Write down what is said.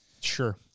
Sure